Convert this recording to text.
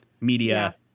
media